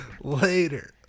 later